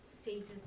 stages